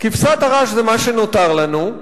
כבשת הרש זה מה שנותר לנו,